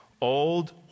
Old